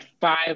five